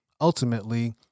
Ultimately